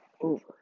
over